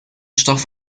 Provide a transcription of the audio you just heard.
stoff